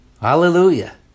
Hallelujah